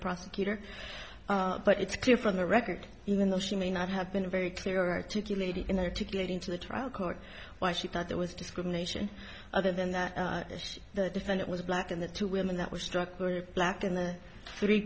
prosecutor but it's clear from the record even though she may not have been very clear articulated in there to get into the trial court why she thought there was discrimination other than that the defendant was black and the two women that were struck were black and the three